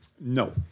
No